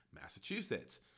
Massachusetts